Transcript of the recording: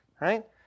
Right